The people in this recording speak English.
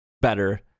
better